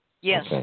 Yes